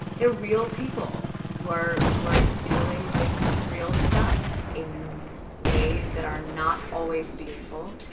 they're real people who are who are dealing with real stuff in ways that are not always beautiful,